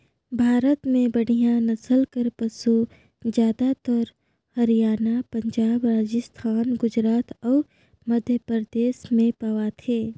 भारत में बड़िहा नसल कर पसु जादातर हरयाना, पंजाब, राजिस्थान, गुजरात अउ मध्यपरदेस में पवाथे